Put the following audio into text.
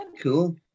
Cool